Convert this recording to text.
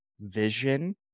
vision